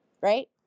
right